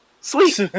Sweet